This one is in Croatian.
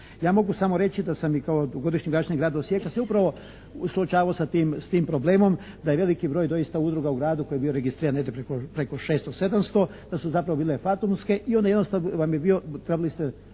Ja mogu samo reći da sam i kao dugogodišnji građanin grada Osijeka se upravo suočavao s tim problemom da je veliki broj doista udruga u gradu koji je bio registriran eto preko 600, 700, da su zapravo bile fantomske i onda jednostavno vam je bilo, trebali ste